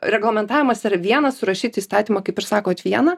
reglamentavimas yra viena surašyt įstatymą kaip ir sakot viena